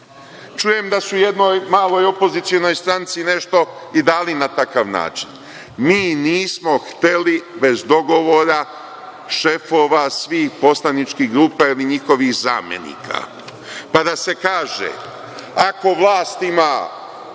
da su jednoj maloj opozicionoj stranci nešto i dali na takav način. Mi nismo hteli bez dogovora šefova svih poslaničkih grupa ili njihovih zamenika, pa da se kaže – ako vlast ima